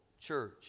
church